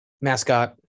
Mascot